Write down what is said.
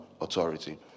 authority